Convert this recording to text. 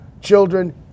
children